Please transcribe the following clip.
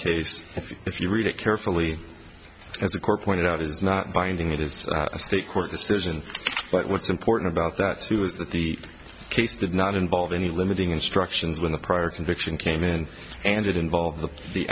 case if you read it carefully as a core pointed out is not binding it is a state court decision but what's important about that too is that the case did not involve any limiting instructions when the prior conviction came in and it involved